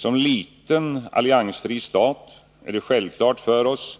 Som liten alliansfri stat är det självklart för oss